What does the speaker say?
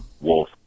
wolf